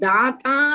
Data